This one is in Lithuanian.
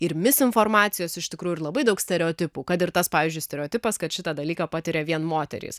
ir misinformacijos iš tikrųjų ir labai daug stereotipų kad ir tas pavyzdžiui stereotipas kad šitą dalyką patiria vien moterys